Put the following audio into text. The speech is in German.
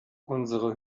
unsere